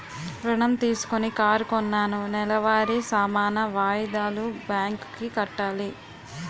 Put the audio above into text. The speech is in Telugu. ఋణం తీసుకొని కారు కొన్నాను నెలవారీ సమాన వాయిదాలు బ్యాంకు కి కట్టాలి